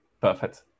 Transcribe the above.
Perfect